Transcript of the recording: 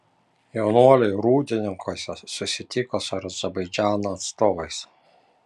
jaunuoliai rūdninkuose susitiko su azerbaidžano atstovais